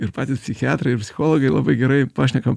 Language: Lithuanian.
ir patys psichiatrai ir psichologai labai gerai pašnekam